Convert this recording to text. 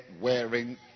wearing